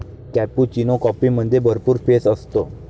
cappuccino कॉफीमध्ये भरपूर फेस असतो